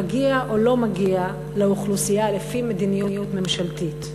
מגיע או לא מגיע לאוכלוסייה לפי מדיניות ממשלתית.